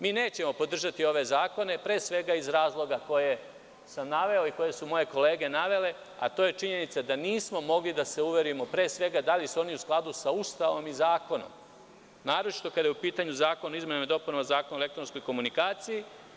Mi nećemo podržati ove zakone, pre svega iz razloga koje sam naveo i koje su moje kolege navele, a to je činjenica da nismo mogli da se uverimo da li su oni u skladu sa Ustavom i zakonom, naročito kada je u pitanju Zakon o izmenama i dopunama Zakona o elektronskoj komunikaciji.